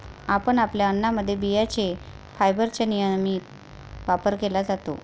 आपण आपल्या अन्नामध्ये बियांचे फायबरचा नियमित वापर केला पाहिजे